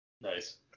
nice